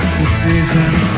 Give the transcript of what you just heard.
decisions